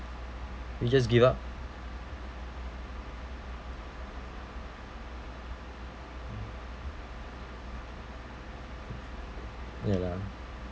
you just give up ya lah